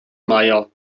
meier